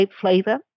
flavor